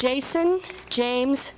jason james